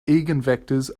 eigenvectors